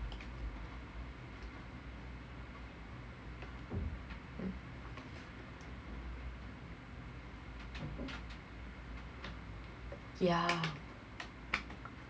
yeah